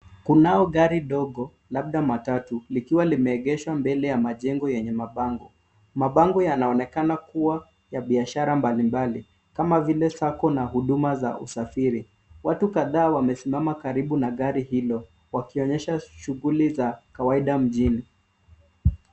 Kunao gari dogo, labda matatu, likiwa limegeeshwa mbele ya majengo yenye mabango. Mabango yanaonekana kuwa ya biashara mbalimbali, kama vile sacco na huduma za usafiri. Watu kadhaa wamesimama karibu na gari hilo, wakionyesha shuguli za kawaida mjini.